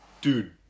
Dude